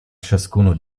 ciascuno